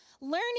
learning